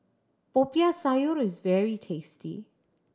Popiah Sayur is very tasty